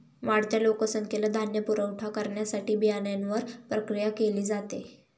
वाढत्या लोकसंख्येला धान्य पुरवठा करण्यासाठी बियाण्यांवर प्रक्रिया केली जाते